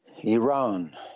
Iran